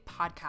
Podcast